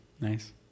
Nice